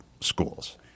schools